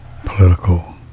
political